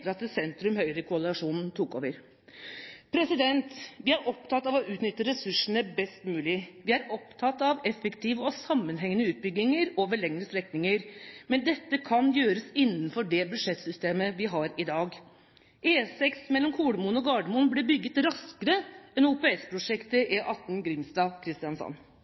tok over. Vi er opptatt av å utnytte ressursene best mulig, og vi er opptatt av effektive og sammenhengende utbygginger over lengre strekninger, men dette kan gjøres innenfor det budsjettsystemet vi har i dag. E6 mellom Kolomoen og Gardermoen ble bygd raskere enn OPS-prosjektet E18 Grimstad–Kristiansand. Jeg viser også til tre store investeringsprosjekter som er